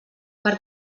per